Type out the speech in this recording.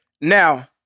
Now